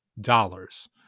dollars